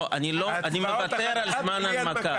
לא, אני מוותר על זמן הנמקה.